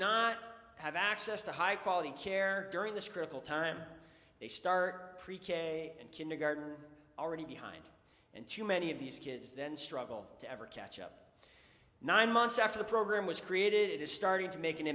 not have access to high quality care during this critical time they star pre k and kindergarten already behind and too many of these kids then struggle to ever catch other nine months after the program was created it is starting to make an